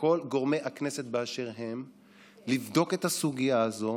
לכל גורמי הכנסת באשר הם לבדוק את הסוגיה הזאת